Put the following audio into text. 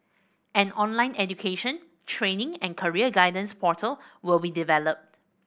an online education training and career guidance portal will be developed